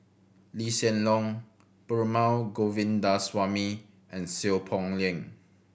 Lee Hsien Loong Perumal Govindaswamy and Seow Poh Leng